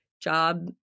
job